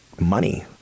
money